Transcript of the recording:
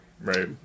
right